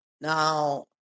Now